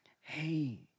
hey